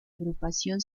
agrupación